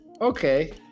okay